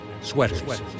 sweaters